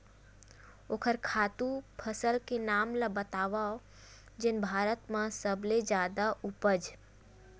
ओखर खातु फसल के नाम ला बतावव जेन भारत मा सबले जादा उपज?